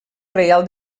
reial